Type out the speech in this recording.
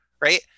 right